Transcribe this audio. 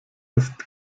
ist